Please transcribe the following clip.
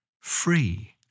free